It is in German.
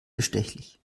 bestechlich